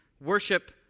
worship